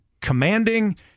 commanding